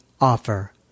offer